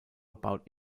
about